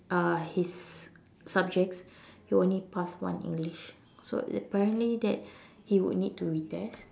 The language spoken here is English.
uh his subjects he only pass one English so apparently that he would need to retest